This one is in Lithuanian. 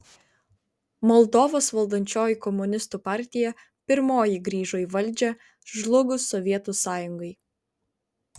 moldovos valdančioji komunistų partija pirmoji grįžo į valdžią žlugus sovietų sąjungai